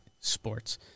Sports